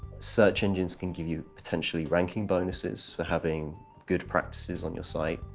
search engines can give you potentially ranking bonuses for having good practices on your site.